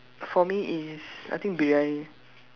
for me is I think briyani